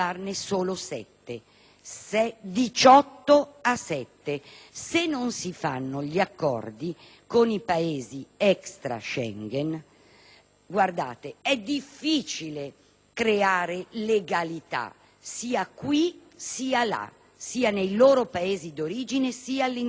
18 a 7! Se non si fanno gli accordi con i Paesi *extra* Schengen, è difficile creare legalità, sia qui sia là, sia nei loro Paesi d'origine sia all'interno del nostro Paese.